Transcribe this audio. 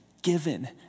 given